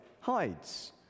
hides